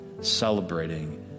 celebrating